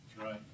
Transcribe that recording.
Right